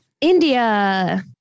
India